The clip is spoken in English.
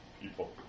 people